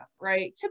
right